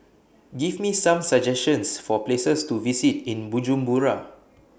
Give Me Some suggestions For Places to visit in Bujumbura